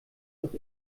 doch